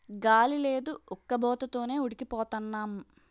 గాలి లేదు ఉక్కబోత తోనే ఉడికి పోతన్నాం